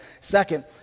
Second